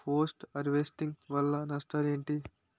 Post harvesting వల్ల నష్టాలు ఏంటి?